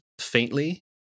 faintly